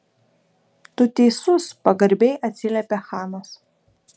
tu teisus pagarbiai atsiliepė chanas